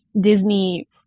Disney